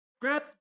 Grab